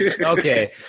Okay